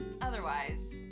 Otherwise